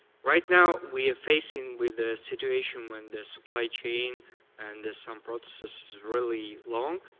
right now we're facing with a situation with the supply chain and some process is really long,